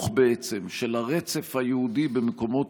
ובחיתוך בעצם של הרצף היהודי במקומות